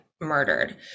murdered